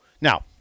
now